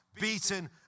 beaten